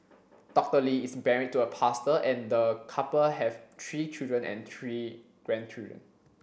Doctor Lee is married to a pastor and the couple have three children and three grandchildren